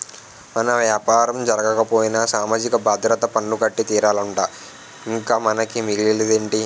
మన యాపారం జరగకపోయినా సామాజిక భద్రత పన్ను కట్టి తీరాలట ఇంక మనకి మిగిలేదేటి